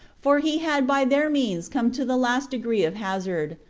for he had by their means come to the last degree of hazard,